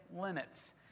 limits